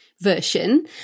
version